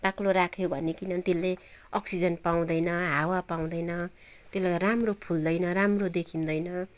बाक्लो राख्यो भने किनभने त्यसले अक्सिजन पाउँदैन हावा पाउँदैन त्यसले गर्दा राम्रो फुल्दैन राम्रो देखिँदैन